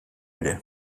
ere